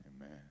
amen